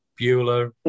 Bueller